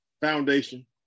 foundation